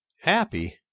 Happy